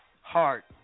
heart